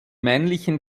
männlichen